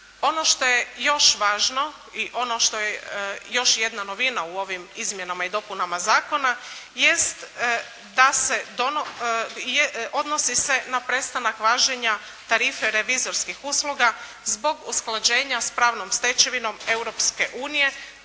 Ono što je još važno i ono što je još jedna novina u ovim izmjenama i dopunama zakona jest da se, odnosi se na prestanak važenja tarife revizorskih usluga zbog usklađenja s pravnom stečevinom Europske unije